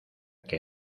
que